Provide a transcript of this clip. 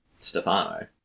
Stefano